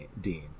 Dean